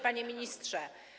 Panie Ministrze!